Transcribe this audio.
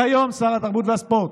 כיום שר התרבות והספורט,